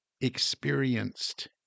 experienced